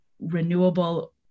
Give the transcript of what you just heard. renewable